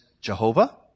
Jehovah